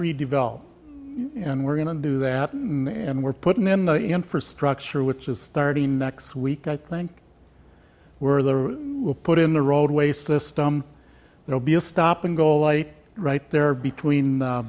redevelop and we're going to do that and we're putting in the infrastructure which is starting next week i think where they're put in the roadway system there'll be a stop and go light right there between